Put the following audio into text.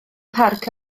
parc